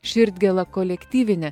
širdgėla kolektyvinė